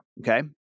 Okay